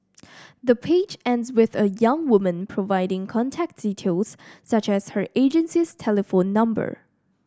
the page ends with the young woman providing contact details such as her agency's telephone number